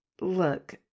look